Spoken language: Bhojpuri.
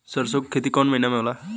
सरसों का खेती कवने महीना में होला?